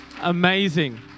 Amazing